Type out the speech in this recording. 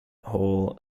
hall